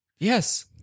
Yes